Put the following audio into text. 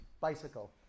Bicycle